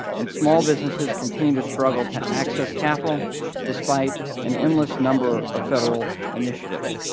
and small businesses continue to struggle to access capital despite an endless number of federal initiatives.